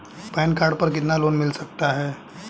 Pan card पर कितना loan मिल सकता है?